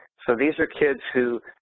so these are kids who